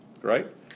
right